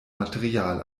material